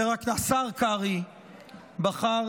השר קרעי בחר